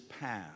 path